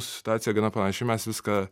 mūsų situacija gana panaši mes viską